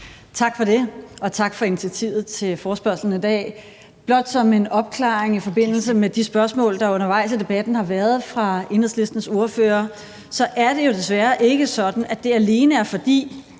Tak for det, og tak for initiativet til forespørgslen i dag. Blot som en opklaring i forbindelse med de spørgsmål, der undervejs i debatten har været fra Enhedslistens ordfører, så er det jo desværre ikke sådan, at det alene er, fordi